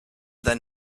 then